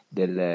del